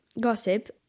Gossip